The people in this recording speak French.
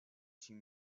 suis